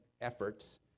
efforts